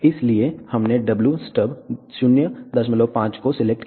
इसलिए हमने w stub 05 को सिलेक्ट किया